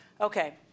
okay